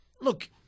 look